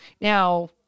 Now